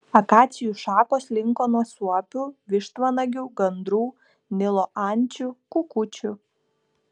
akacijų šakos linko nuo suopių vištvanagių gandrų nilo ančių kukučių